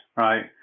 right